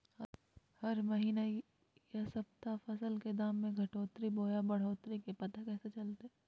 हरी महीना यह सप्ताह फसल के दाम में घटोतरी बोया बढ़ोतरी के पता कैसे चलतय?